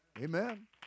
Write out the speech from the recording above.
Amen